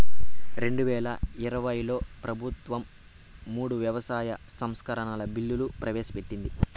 రెండువేల ఇరవైలో ప్రభుత్వం మూడు వ్యవసాయ సంస్కరణల బిల్లులు ప్రవేశపెట్టింది